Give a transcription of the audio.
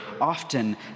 often